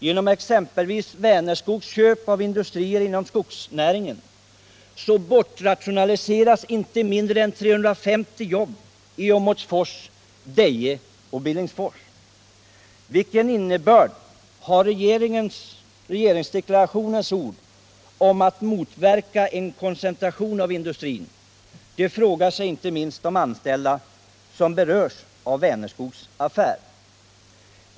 Genom exempelvis Vänerskogs köp av industrier inom skogsnäringen bortrationaliseras inte mindre än 350 jobb i Åmotfors, Deje och Billingsfors. Vilken innebörd har regeringsdeklarationens ord om att motverka en koncentration av industrin? Det frågar sig inte minst de anställda som berörs av Vänerskogs storaffär.